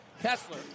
Kessler